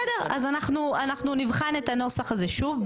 בסדר, אז אנחנו נבחן את הנוסח הזה שוב.